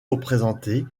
représentée